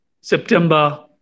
September